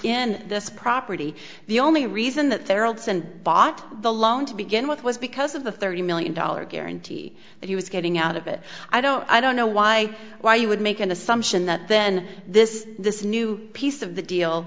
in this property the only reason that their old send bought the loan to begin with was because of the thirty million dollar guarantee that he was getting out of it i don't i don't know why why you would make an assumption that then this this new piece of the deal